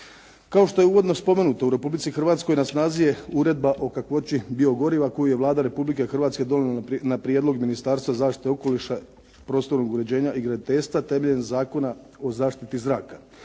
Kao što je uvodno spomenuto u Republici Hrvatskoj na snazi je Uredba o kakvoći biogoriva koju je Vlada Republike Hrvatske donijela na prijedlog Ministarstva zaštite okoliša, prostornog uređenja i graditeljstva temeljem Zakona o zaštiti zraka.